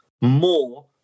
more